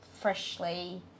freshly